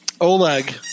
Oleg